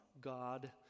God